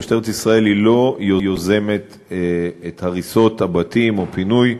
משטרת ישראל לא יוזמת את הריסות הבתים או הפינוי,